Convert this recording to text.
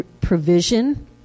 provision